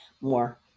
more